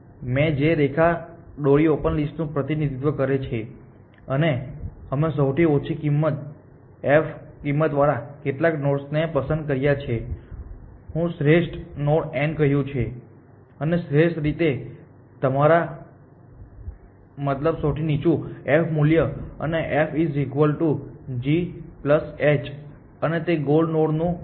તેથી મેં જે રેખા દોરી તે ઓપન લિસ્ટનું પ્રતિનિધિત્વ કરે છે અને અમે સૌથી ઓછી f કિંમત વાળા કેટલાક નોડ્સ પસંદ કર્યા છે હું શ્રેષ્ઠ નોડ n કહ્યું છે અને શ્રેષ્ઠ રીતે મારો મતલબ સૌથી નીચું f મૂલ્ય અને fgh અને તે ગોલ નોડ ન હતું